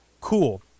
Cool